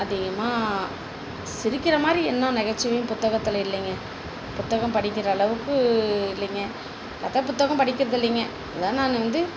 அதிகமாக சிரிக்கின்ற மாதிரி என்ன நகைச்சுவையும் புத்தகத்தில் இல்லைங்க புத்தகம் படிக்கின்ற அளவுக்கு இல்லைங்க கதை புத்தகம் படிக்கிறதில்லைங்க அதுதான் நான் வந்து